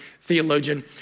theologian